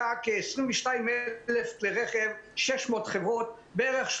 הגענו איתם לכמה וכמה הסכמות, עדיין לא הכול.